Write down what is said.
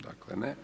Dakle ne.